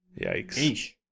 Yikes